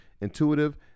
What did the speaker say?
intuitive